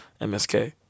MSK